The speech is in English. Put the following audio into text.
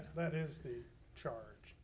that is the charge.